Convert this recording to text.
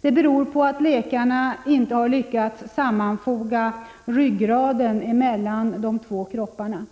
Det beror på att läkarna inte har lyckats sammanfoga ryggraden mellan de två kropparna.